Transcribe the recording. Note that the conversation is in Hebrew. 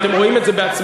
ואתם רואים את זה בעצמכם,